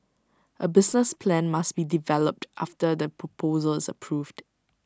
A business plan must be developed after the proposal is approved